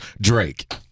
Drake